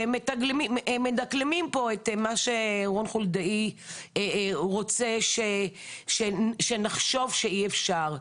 והם מדקלמים פה את מה שרון חולדאי רוצה שנחשוב שאי אפשר.